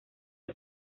del